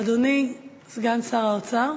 אדוני סגן שר האוצר,